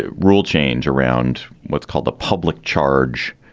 ah rule change around what's called the public charge